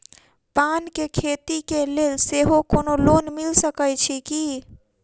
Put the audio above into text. पान केँ खेती केँ लेल सेहो कोनो लोन मिल सकै छी की?